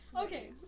Okay